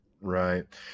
Right